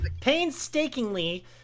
painstakingly